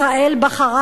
ישראל בחרה